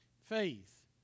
Faith